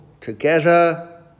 together